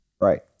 Right